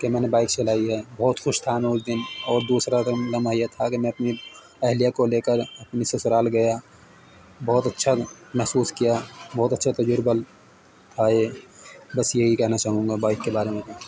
کہ میں نے بائک چلائی ہے بہت خوش تھا میں اس دن اور دوسرا لمحہ یہ تھا کہ میں اپنی اہلیہ کو لے کر اپنی سسرال گیا بہت اچھا محسوس کیا بہت اچھا تجربہ لگا تھا یہ بس یہی کہنا چاہوں گا بائک کے بارے میں